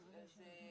רציתי